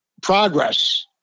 progress